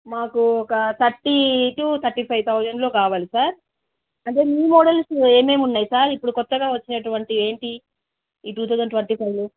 మాకు ఒక thirty two thirty five థౌజండ్లో కావాలి సార్ అదే న్యూ మోడల్స్ ఏమేమి ఉన్నయి సార్ ఇప్పుడు కొత్తగా వచ్చిన అటువంటివి ఏమిటి ఈ టూ థౌజండ్ ట్వంటీ ఫైవ్లో